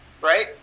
right